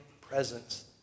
presence